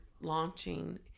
launching